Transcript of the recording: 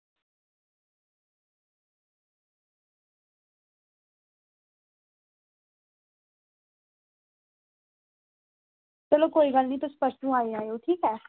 चलो कोई गल्ल निं तुस परसूं आई जाएओ ठीक ऐ